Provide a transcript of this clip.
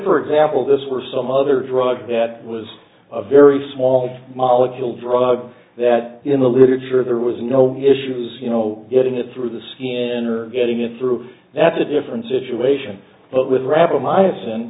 for example this were some other drug that was a very small molecule drug that in the literature there was no issues you know getting it through the skin or getting it through that's a different situation but with ra